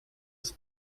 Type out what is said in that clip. ist